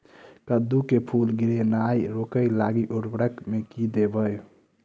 कद्दू मे फूल गिरनाय रोकय लागि उर्वरक मे की देबै?